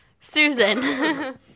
Susan